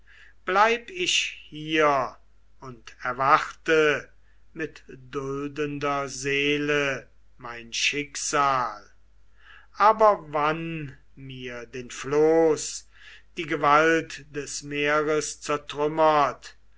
bleib ich hier und erwarte mit duldender seele mein schicksal aber wann mir den floß die gewalt des meeres